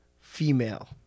female